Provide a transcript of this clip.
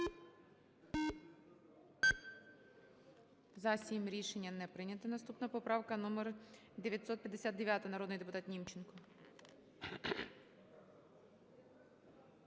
За-5 Рішення не прийнято. Наступна поправка - номер 960. Народний депутат Німченко.